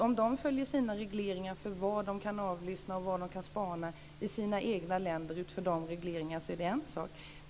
Om de följer sina regleringar för vad de kan avlyssna och var de kan spana i sina egna länder utifrån de regleringar som finns där är det en sak.